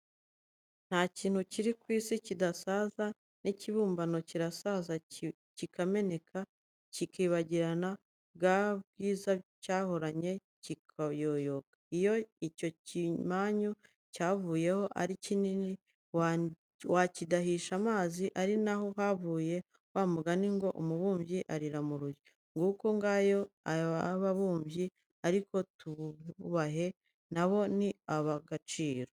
Nta kintu kiri ku isi kidasaza, n' ibibumbano birasaza bikameneka, bikibagirana, bwa bwiza byahoranye bukayoyoka. Iyo icyo kimanyu cyavuyeho ari kinini wakidahisha amazi, ariho havuye wa mugani ngo " Umubumbyi arira mu rujyo." Nguko ngayo ay'ababumbyi, ariko tububahe na bo ni ab'agaciro.